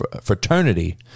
fraternity